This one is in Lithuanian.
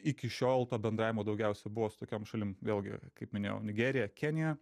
iki šiol to bendravimo daugiausia buvo tokiom šalim vėlgi kaip minėjau nigerija kenija